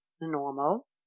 normal